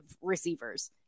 receivers